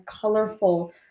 colorful